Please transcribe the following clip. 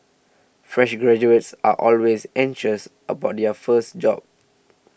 fresh graduates are always anxious about their first job